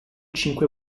cinque